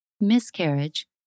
miscarriage